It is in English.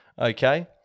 Okay